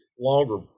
longer